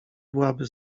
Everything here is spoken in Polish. byłaby